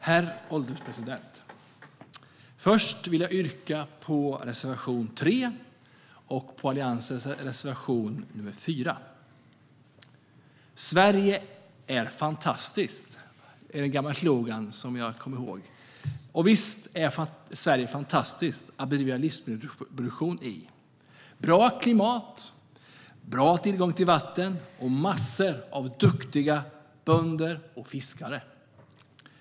Herr ålderspresident! Först vill jag yrka bifall till reservation nr 3 och till Alliansens reservation nr 4. Sverige är fantastiskt. Det är en gammal slogan som jag kommer ihåg. Visst är Sverige fantastiskt att bedriva livsmedelsproduktion i. Det är bra klimat. Det är bra tillgång till vatten och massor av duktiga bönder och fiskare.